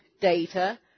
data